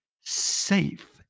safe